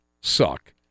Suck